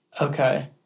Okay